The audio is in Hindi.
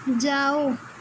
जाओ